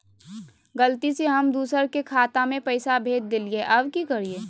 गलती से हम दुसर के खाता में पैसा भेज देलियेई, अब की करियई?